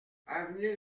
avenue